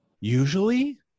usually